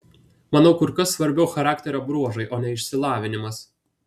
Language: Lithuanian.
manau kur kas svarbiau charakterio bruožai o ne išsilavinimas